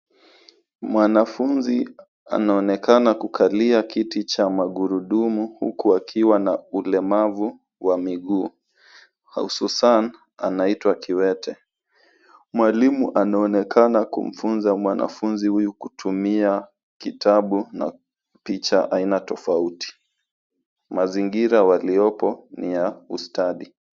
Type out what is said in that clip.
Mwanafunzi anaonekana kukalia kiti cha magurudumu huku akiwa na ulemavu wa miguu hususan anaitwa kiwete. Mwalimu anaonekana kumfunza mwanfunzi huyu kutumia kitabu na picha aina tofauti. Mazingira waliopo ni ya ustadi.